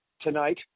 tonight